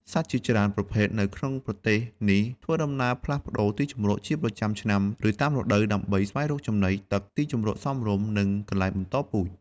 សត្វជាច្រើនប្រភេទនៅក្នុងប្រទេសនេះធ្វើដំណើរផ្លាស់ប្តូរទីជម្រកជាប្រចាំឆ្នាំ ឬតាមរដូវកាល ដើម្បីស្វែងរកចំណី ទឹក ទីជម្រកសមរម្យ និងកន្លែងបន្តពូជ។